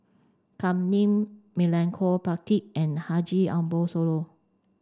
Kam Ning Milenko Prvacki and Haji Ambo Sooloh